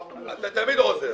אתה תמיד עוזר.